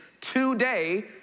today